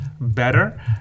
better